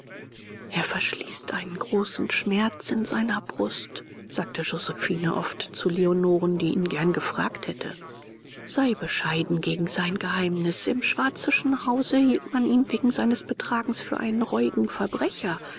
er verschließt einen großen schmerz in seiner brust sagte josephine oft zu leonoren die ihn gern gefragt hätte sei bescheiden gegen sein geheimnis im schwarzischen hause hielt man ihn wegen seines betragens für einen reuigen verbrecher